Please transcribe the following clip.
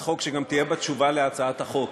חוק שגם תהיה בה תשובה על הצעת החוק.